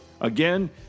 Again